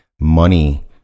money